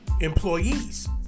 employees